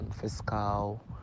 fiscal